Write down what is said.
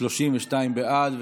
32 בעד.